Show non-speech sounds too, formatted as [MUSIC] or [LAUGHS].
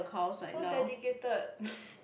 so dedicated [LAUGHS]